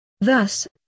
Thus